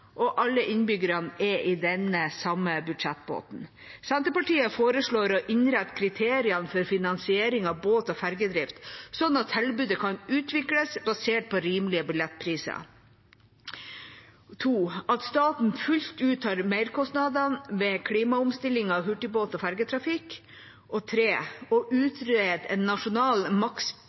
og alle innbyggerne er i den samme budsjettbåten. Senterpartiet foreslår å innrette kriteriene for finansiering av båt- og fergedrift sånn at tilbudet kan utvikles basert på rimelige billettpriser. Senterpartiet foreslår også at staten fullt ut tar merkostnaden ved klimaomstilling av hurtigbåt- og fergetrafikk. Vi foreslår også å utrede en nasjonal